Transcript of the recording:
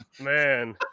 man